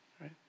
right